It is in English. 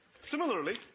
Similarly